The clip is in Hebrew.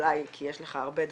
יש לך הרבה דברים,